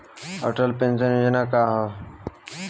Atal pension Yojana का ह?